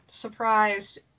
surprised